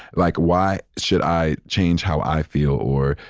like, why should i change how i feel or,